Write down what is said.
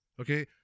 Okay